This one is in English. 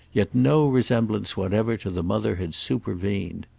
yet no resemblance whatever to the mother had supervened.